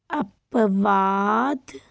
ਅਪਵਾਦ